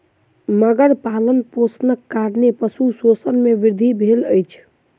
मगर पालनपोषणक कारणेँ पशु शोषण मे वृद्धि भेल अछि